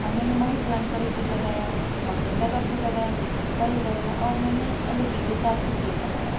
और मैंने money plant का भी पेड़ लगाया और गेंदा का फूल लगाया तुलसी पत्ता भी लगाया और मैंने अलो वेरा का भी पेड़ लगाया